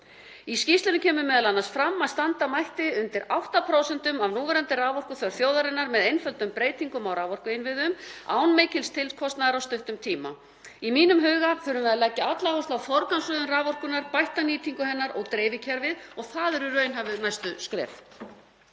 Í skýrslunni kemur m.a. fram að standa mætti undir 8% af núverandi raforkuþörf þjóðarinnar með einföldum breytingum á raforkuinnviðum án mikils tilkostnaðar á stuttum tíma. Í mínum huga þurfum við að leggja alla áherslu á forgangsröðun raforkunnar, (Forseti hringir.) bætta nýtingu hennar og dreifikerfið og það eru raunhæf næstu skref.